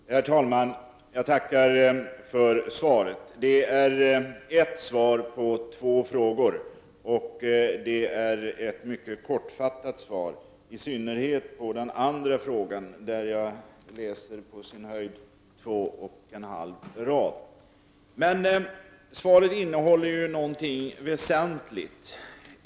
Herr talman! Jag tackar för svaret. Det är ett svar på två frågor, och det är ett mycket kortfattat svar. I synnerhet är svaret på den andra frågan mycket kortfattat, bara två och en halv rad i det utdelade svaret. Svaret innehåller emellertid något väsentligt.